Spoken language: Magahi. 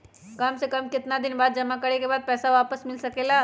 काम से कम केतना दिन जमा करें बे बाद पैसा वापस मिल सकेला?